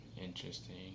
Interesting